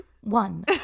one